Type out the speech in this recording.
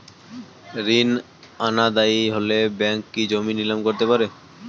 ঋণ অনাদায়ি হলে ব্যাঙ্ক কি জমি নিলাম করতে পারে?